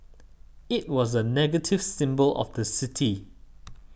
it was a negative symbol of the city